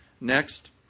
Next